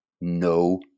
no